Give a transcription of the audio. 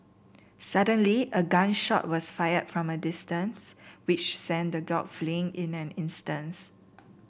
suddenly a gun shot was fired from a distance which sent the dogs fleeing in an instant